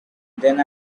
then